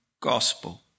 gospel